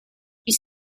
you